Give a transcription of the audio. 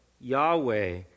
Yahweh